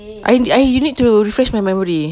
i~ I you need to refresh my memory